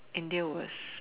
India was